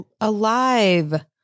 alive